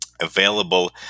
available